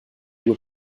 were